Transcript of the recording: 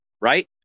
right